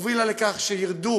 הובילה לכך שירדו